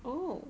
oh